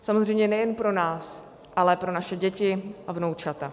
Samozřejmě nejen pro nás, ale pro naše děti a vnoučata.